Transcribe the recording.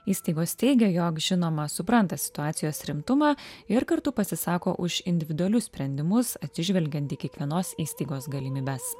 įstaigos teigė jog žinoma supranta situacijos rimtumą ir kartu pasisako už individualius sprendimus atsižvelgiant į kiekvienos įstaigos galimybes